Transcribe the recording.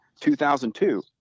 2002